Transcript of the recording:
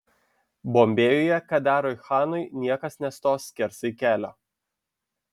bombėjuje kadarui chanui niekas nestos skersai kelio